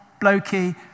blokey